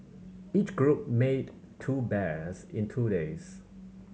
each group made two bears in two days